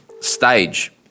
stage